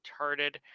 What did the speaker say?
retarded